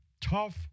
tough